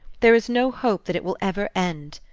there is no hope that it will ever end.